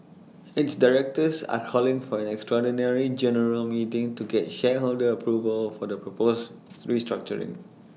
its directors are calling for an extraordinary general meeting to get shareholder approval for the proposed restructuring